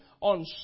on